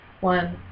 one